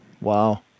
wow